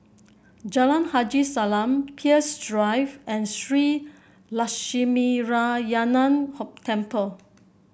Jalan Haji Salam Peirce Drive and Shree Lakshminarayanan Temple